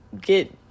get